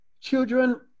Children